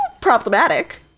problematic